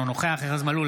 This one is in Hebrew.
אינו נוכח ארז מלול,